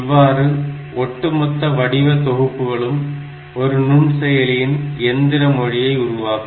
இவ்வாறு ஒட்டுமொத்த வடிவ தொகுப்புகளும் ஒரு நுண்செயலியின் எந்திர மொழியை உருவாக்கும்